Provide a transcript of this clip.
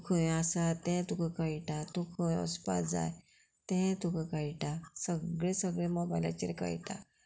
तूं खंय आसा तें तुका कयटा तूं खंय वसपा जाय तें तुका कळटा सगळें सगळें मोबायलाचेर कयटा